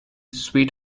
sweet